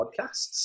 podcasts